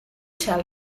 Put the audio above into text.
tell